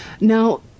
Now